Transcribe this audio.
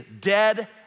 dead